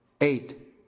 Eight